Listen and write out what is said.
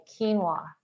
quinoa